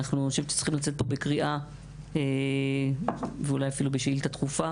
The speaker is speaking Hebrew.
אני חושבת שאנחנו צריכים לצאת מפה בקריאה ואולי אפילו בשאילתה דחופה